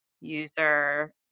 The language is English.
user